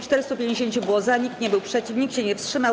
450 było za, nikt nie był przeciw, nikt się nie wstrzymał.